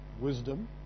wisdom